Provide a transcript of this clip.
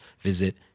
visit